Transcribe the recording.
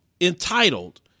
Entitled